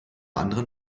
anderen